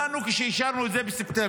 ידענו כשאישרנו את זה בספטמבר.